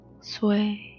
sway